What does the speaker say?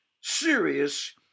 serious